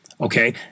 Okay